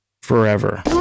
forever